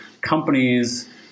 companies